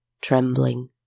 trembling